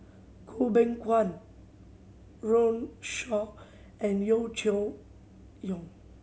Goh Beng Kwan Runme Shaw and Yeo Cheow Yong